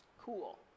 Cool